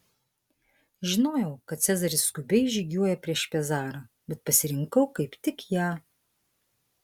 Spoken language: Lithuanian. žinojau kad cezaris skubiai žygiuoja prieš pezarą bet pasirinkau kaip tik ją